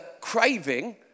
craving